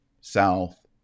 south